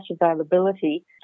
availability